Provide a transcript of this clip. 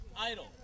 Idol